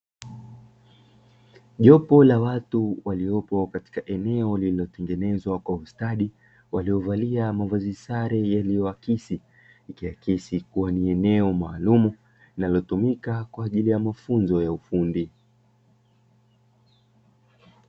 Jopo la watu waliopo katika eneo lililotengenezwa kwa ustadi, waliovalia mavazi sare yaliyoakisi, ikiakisi kuwa ni eneo maalumu linalotumika kwa ajili ya mafunzo ya ufundi.